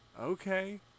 Okay